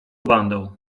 bandą